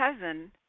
cousin